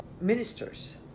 ministers